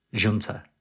junta